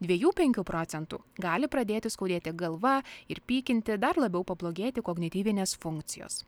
dviejų penkių procentų gali pradėti skaudėti galva ir pykinti dar labiau pablogėti kognityvinės funkcijos